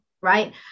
right